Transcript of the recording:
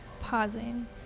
pausing